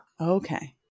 Okay